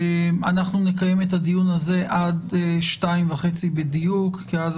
אנחנו נקיים את הדיון על זה עד שתיים וחצי בדיוק כי אז